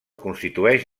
constitueix